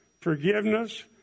forgiveness